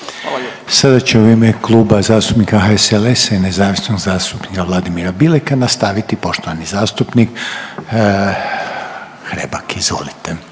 Sada će u ime Kluba zastupnika HSLS-a i nezavisnog zastupnika Vladima Bileka nastaviti poštovani zastupnik Hrebak. Izvolite.